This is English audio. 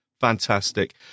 Fantastic